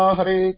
Hare